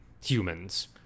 humans